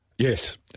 Yes